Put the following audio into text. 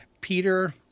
Peter